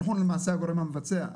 אנחנו למעשה הגורם המבצע.